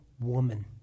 woman